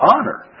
Honor